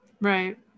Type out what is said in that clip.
Right